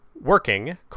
Working